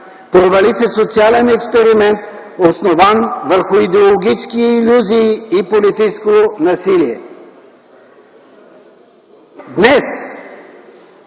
Провали се социален експеримент, основан върху идеологически илюзии и политическо насилие. „Днес,